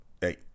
hey